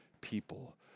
people